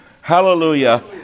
hallelujah